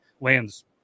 lands